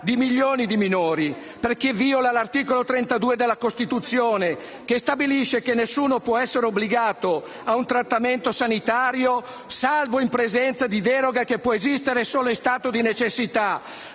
di milioni di minori, perché viola l'articolo 32 della Costituzione, che stabilisce che nessuno può essere obbligato a un trattamento sanitario, salvo in presenza di deroga che può esistere solo in stato di necessità,